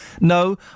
No